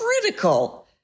critical